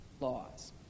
laws